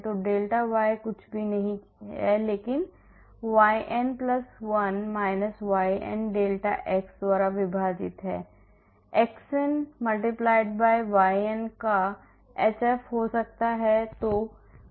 तो delta y कुछ भी नहीं है लेकिन yn 1 -yn डेल्टा x द्वारा विभाजित है xn yn का h f हो सकता है